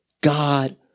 God